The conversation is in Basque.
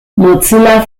mozilla